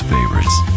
Favorites